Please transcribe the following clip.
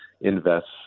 invests